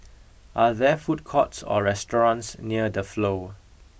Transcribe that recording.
are there food courts or restaurants near the Flow